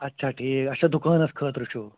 اَچھا ٹھیٖک اَچھا دُکانَس خٲطرٕ چھُو